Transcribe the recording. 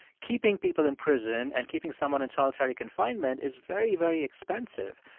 keeping people in prison and keeping someone in solitary confinement is very, very expensive.